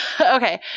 Okay